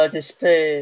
Display 。